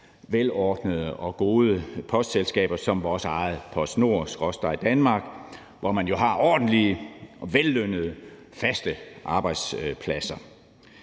velordnede og gode postselskaber som vores eget PostNord/Danmark, hvor man jo har ordentlige og vellønnede faste arbejdspladser.